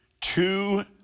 two